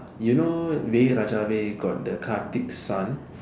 you know Vai Raja Vai raajaa vai got the Kartik's son